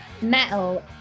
metal